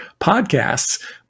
podcasts